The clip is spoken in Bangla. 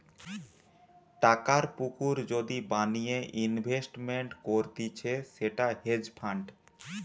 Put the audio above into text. টাকার পুকুর যদি বানিয়ে ইনভেস্টমেন্ট করতিছে সেটা হেজ ফান্ড